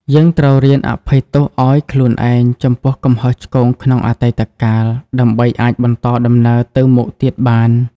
យើងត្រូវរៀនអភ័យទោសឱ្យខ្លួនឯងចំពោះកំហុសឆ្គងក្នុងអតីតកាល ដើម្បីអាចបន្តដំណើរទៅមុខទៀតបាន។